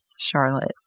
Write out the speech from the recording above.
Charlotte